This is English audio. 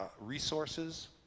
resources